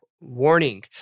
Warning